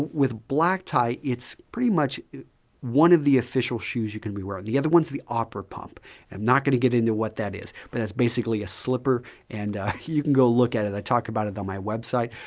with black tie, it's pretty much one of the official shoes you can be wearing. the other one is the opera pump. i'm not going to get into what that is, but that's basically a slipper and you can go look at it. i talk about it on my website,